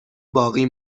باقی